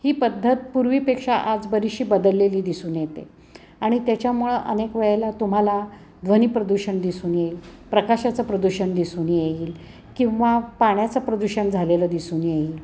ही पद्धत पूर्वीपेक्षा आज बरीचशी बदललेली दिसून येते आणि त्याच्यामुळं अनेक वेळेला तुम्हाला ध्वनीप्रदूषण दिसून येईल प्रकाशाचं प्रदूषण दिसून येईल किंवा पाण्याचं प्रदूषण झालेलं दिसून येईल